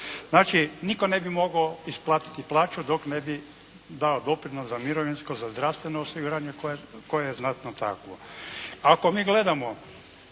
Znači nitko ne bi mogao isplatiti plaću dok ne bi dao doprinos za mirovinsko, za zdravstveno osiguranje koja je, koja je znatno takvo. Ako mi gledamo